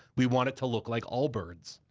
we want it to look like allbirds.